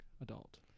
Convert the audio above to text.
adult